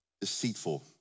deceitful